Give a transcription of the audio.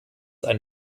ein